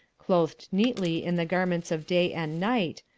clothed neatly in the garments of day and night,